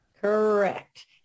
Correct